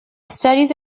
studies